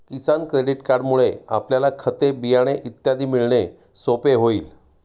किसान credit कार्डमुळे आपल्याला खते, बियाणे इत्यादी मिळणे सोपे होईल